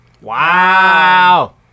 Wow